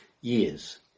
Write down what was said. years